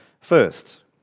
First